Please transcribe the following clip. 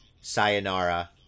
Sayonara